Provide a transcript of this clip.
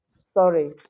sorry